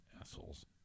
Assholes